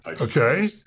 Okay